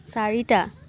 চাৰিটা